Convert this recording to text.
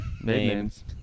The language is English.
names